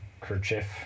kerchief